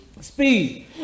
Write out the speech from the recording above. speed